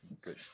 good